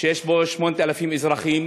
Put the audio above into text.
שיש בו 8,000 אזרחים.